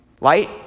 Light